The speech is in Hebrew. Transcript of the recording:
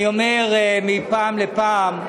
אני אומר, מפעם לפעם,